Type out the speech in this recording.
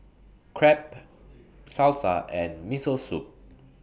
Crepe Salsa and Miso Soup